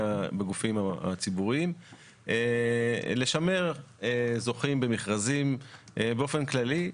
הציבוריים - לשמר זוכים במכרזים באופן כללי,